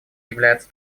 является